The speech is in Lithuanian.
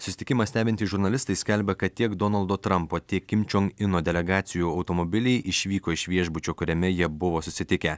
susitikimą stebintys žurnalistai skelbia kad tiek donaldo trampo tiek kim čion ino delegacijų automobiliai išvyko iš viešbučio kuriame jie buvo susitikę